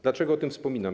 Dlaczego o tym wspominam?